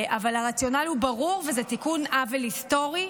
אבל הרציונל הוא ברור וזה תיקון עוול היסטורי.